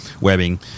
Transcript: webbing –